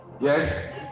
Yes